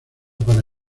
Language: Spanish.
para